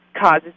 causes